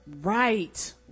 Right